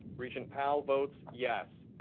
regent powell votes yes.